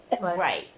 Right